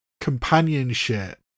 companionship